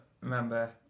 remember